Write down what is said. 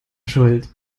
schuld